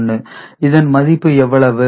101 இதன் மதிப்பு எவ்வளவு